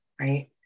right